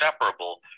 inseparable